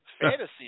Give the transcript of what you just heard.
Fantasy